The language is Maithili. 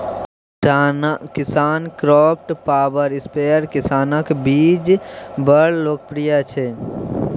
किसानक्राफ्ट पाबर स्पेयर किसानक बीच बड़ लोकप्रिय छै